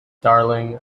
darling